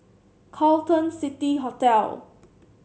Carlton City Hotel